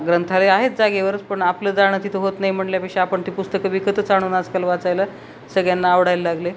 ग्रंथालय आहेत जागेवरच पण आपलं जाणं तिथं होत नाही म्हणल्यापेक्षा आपण ते पुस्तकं विकतच आणून आजकाल वाचायला सगळ्यांना आवडायला लागले